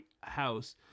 house